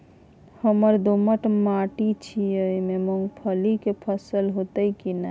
हमर दोमट माटी छी ई में मूंगफली के फसल होतय की नय?